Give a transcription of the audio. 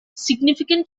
significant